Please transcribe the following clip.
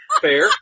Fair